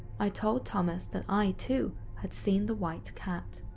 i told thomas that i, too, had seen the white cat.